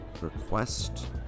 request